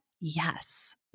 yes